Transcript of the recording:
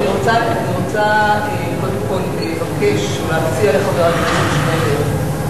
אני רוצה קודם לבקש או להציע לחבר הכנסת שנלר,